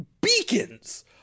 beacons